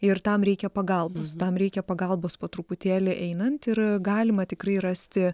ir tam reikia pagalbos tam reikia pagalbos po truputėlį einant ir galima tikrai rasti